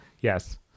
Yes